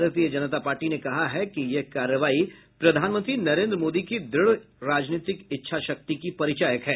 भारतीय जनता पार्टी ने कहा है कि यह कार्रवाई प्रधानमंत्री नरेन्द्र मोदी की द्रढ़ राजनीतिक इच्छा शक्ति की परिचायक है